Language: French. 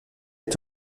est